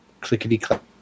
clickety-clack